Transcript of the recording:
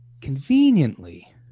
Conveniently